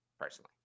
personally